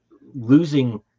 losing